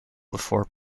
before